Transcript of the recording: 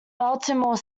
baltimore